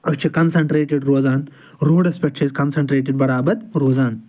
أسۍ چھِ کَنسَنٹریٹِڈ روزان روڈَس پٮ۪ٹھ چھِ أسۍ کَنسَنٹریٹِڈ برابر روزان